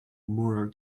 moral